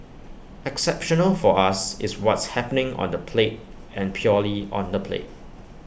exceptional for us is what's happening on the plate and purely on the plate